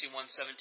117